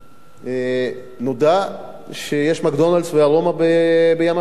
נודע שיש "מקדונלד'ס" ו"ארומה" בים-המלח.